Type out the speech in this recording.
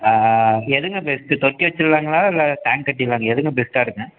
எதுங்க பெஸ்ட்டு தொட்டி வெச்சுர்லாங்களா இல்லை டேங்க் கட்டிடலாங்களா எதுங்க பெஸ்ட்டாக இருக்கும்